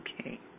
Okay